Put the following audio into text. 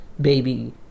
baby